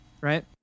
Right